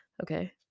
Okay